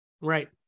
Right